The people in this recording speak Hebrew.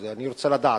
אני רוצה לדעת.